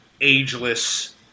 ageless